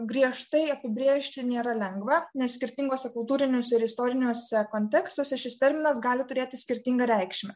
griežtai apibrėžti nėra lengva nes skirtinguose kultūriniuose ir istoriniuose kontekstuose šis terminas gali turėti skirtingą reikšmę